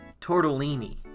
Tortellini